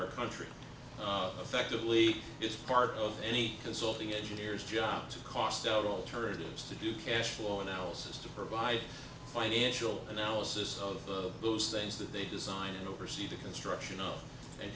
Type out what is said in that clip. our country effectively it's part of any consulting engineer's job to cost out alternatives to do cashflow analysis to provide financial analysis of those things that they design and oversee the construction